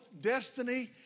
destiny